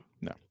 No